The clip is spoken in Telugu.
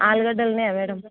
ఆలుగడ్డలు ఉన్నాయా మ్యాడమ్